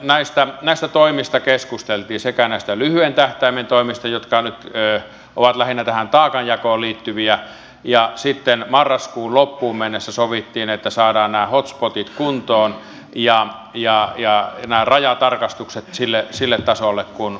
näistä toimista keskusteltiin näistä lyhyen tähtäimen toimista jotka nyt ovat lähinnä tähän taakanjakoon liittyviä ja sitten sovittiin että marraskuun loppuun mennessä saadaan nämä hot spotit kuntoon ja nämä rajatarkastukset sille tasolle kuin kuuluu